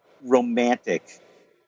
romantic